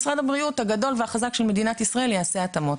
משרד הבריאות הגדול והחזק של מדינת ישראל יעשה התאמות.